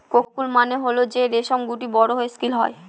cocoon মানে হল যে রেশমের গুটি বড়ো হয়ে সিল্ক হয়